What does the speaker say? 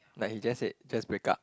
like he just said just break up